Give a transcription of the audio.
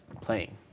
playing